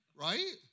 Right